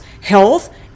health